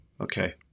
okay